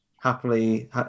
happily